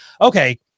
okay